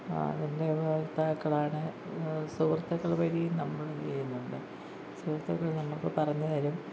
പിന്നെ ഉപഭോക്താക്കളാണ് സുഹൃത്തുക്കൾ വഴിയും നമ്മൾ ഇത് ചെയ്യുന്നുണ്ട് സുഹൃത്തുക്കൾ നമുക്ക് പറഞ്ഞുതരും